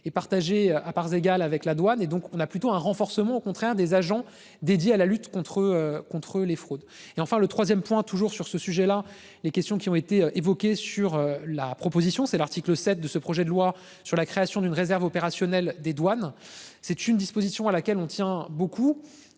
est partagé à parts égales avec la douane et donc on a plutôt un renforcement au contraire des agents dédiés à la lutte contre contre les fraudes et enfin le 3ème point. Toujours sur ce sujet-là. Les questions qui ont été évoqués sur la proposition, c'est l'article 7 de ce projet de loi sur la création d'une réserve opérationnelle des douanes. C'est une disposition à laquelle on tient beaucoup